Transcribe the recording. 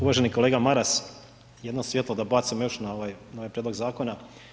Uvaženi kolega Maras jedno svjetlo da bacimo još na ovaj, na ovaj prijedlog zakona.